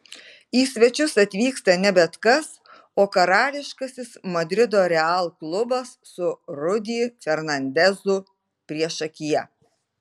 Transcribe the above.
į svečius atvyksta ne bet kas o karališkasis madrido real klubas su rudy fernandezu priešakyje